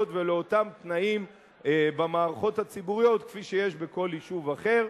ולאותם תנאים במערכות הציבוריות כפי שיש בכל יישוב אחר.